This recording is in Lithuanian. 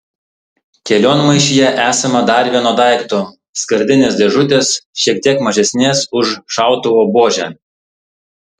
kelionmaišyje esama dar vieno daikto skardinės dėžutės šiek tiek mažesnės už šautuvo buožę